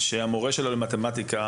שהמורה שלו למתמטיקה